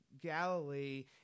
Galilee